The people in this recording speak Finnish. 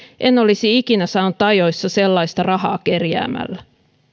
en olisi ikinä saanut ajoissa sellaista rahaa kerjäämällä